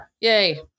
yay